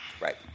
Right